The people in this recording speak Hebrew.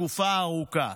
תקופה ארוכה